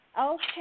okay